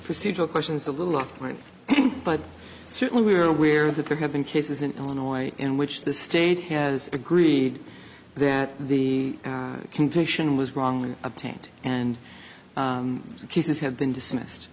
procedural question it's a little awkward but certainly we are aware that there have been cases in illinois in which the state has agreed that the conviction was wrongly obtained and the cases have been dismissed